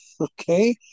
okay